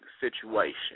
situation